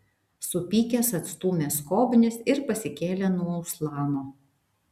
supykęs atstūmė skobnis ir pasikėlė nuo uslano